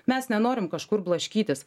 mes nenorim kažkur blaškytis